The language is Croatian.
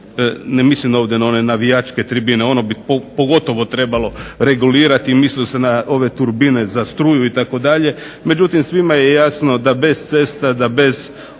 ne mislim na one navijačke tribine ono bi pogotovo trebalo regulirati, mislio sam na one turbine za struju itd. Međutim svima je jasno da bez cesta bez